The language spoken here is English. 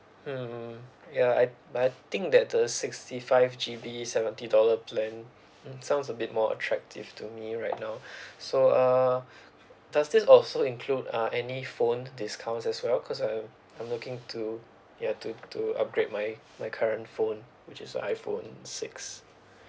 mm ya I I think that the sixty five G_B seventy dollar plan mm sounds a bit more attractive to me right now so uh does this also include uh any phone discounts as well cause uh I'm looking to ya to to upgrade my my current phone which is the iphone six